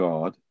God